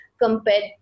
compared